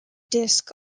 disc